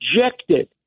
rejected